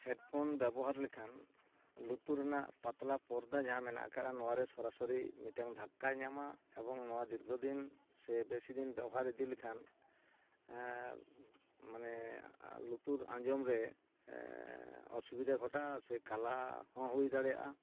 headphone ᱵᱮᱵᱚᱦᱟᱨ ᱞᱮᱠᱷᱟᱱ ᱞᱩᱛᱩᱨ ᱨᱮᱱᱟᱜ ᱯᱟᱛᱞᱟ ᱯᱚᱨᱫᱟ ᱡᱟᱦᱟᱸ ᱢᱮᱱᱟ ᱟᱠᱟᱫᱼᱟ ᱱᱚᱣᱟᱨᱮ ᱥᱚᱨᱟᱥᱚᱨᱤ ᱢᱤᱫᱴᱟᱱ ᱫᱷᱟᱠᱠᱟᱭ ᱧᱟᱢᱟ ᱮᱵᱚᱝ ᱱᱚᱣᱟ ᱫᱤᱨᱜᱷᱚᱫᱤᱱ ᱥᱮ ᱵᱮᱥᱤᱫᱤᱚᱱ ᱵᱮᱣᱦᱟᱨ ᱤᱫᱤᱞᱮᱠᱷᱟᱱ ᱢᱟᱱᱮ ᱞᱩᱛᱩᱨ ᱟᱸᱡᱚᱢᱨᱮ ᱚᱥᱩᱵᱤᱫᱷᱟ ᱜᱷᱚᱴᱟᱜᱼᱟ ᱥᱮ ᱠᱟᱞᱟᱦᱚᱸ ᱦᱩᱭ ᱫᱟᱲᱮᱜᱼᱟ